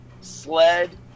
sled